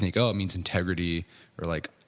think ah it means integrity or like,